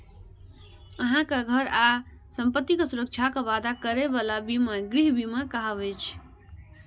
अहांक घर आ संपत्तिक सुरक्षाक वादा करै बला बीमा गृह बीमा कहाबै छै